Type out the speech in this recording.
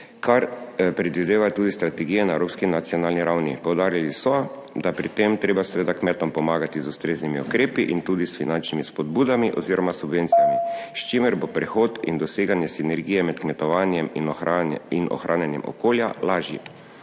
kar predvidevajo tudi strategije na evropski nacionalni ravni. Poudarili so, da je pri tem treba seveda kmetom pomagati z ustreznimi ukrepi in tudi s finančnimi spodbudami oziroma subvencijami, s čimer bo prehod in doseganje sinergije med kmetovanjem in ohranjanjem okolja lažji.